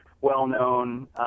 well-known